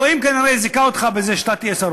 אלוהים כנראה זיכה אותך בזה שאתה תהיה שר